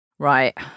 Right